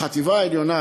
בחטיבה העליונה,